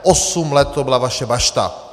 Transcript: Osm let to byla vaše bašta.